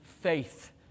faith